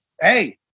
Hey